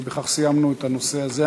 בכך סיימנו את הנושא הזה.